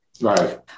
Right